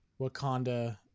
Wakanda